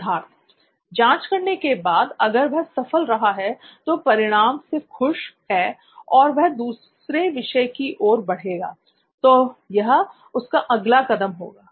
सिद्धार्थ जांच करने के बाद अगर वह सफल रहा है तो वह परिणाम से खुश है और वह दूसरे विषय की ओर बढ़ेगा तो यह उसका अगला कदम होगा